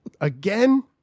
again